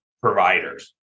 providers